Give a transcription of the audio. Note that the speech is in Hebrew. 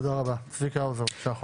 צביקה האוזר, בבקשה.